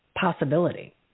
possibility